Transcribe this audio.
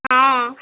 हॅं